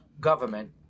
government